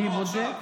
אני בודק.